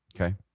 Okay